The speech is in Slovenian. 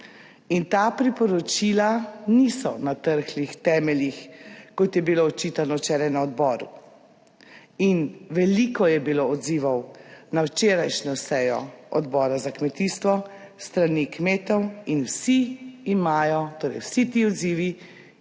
In ta priporočila niso na trhlih temeljih, kot je bilo očitano včeraj na odboru. In veliko je bilo odzivov na včerajšnjo sejo Odbora za kmetijstvo s strani kmetov in vsi imajo, torej vsi ti odzivi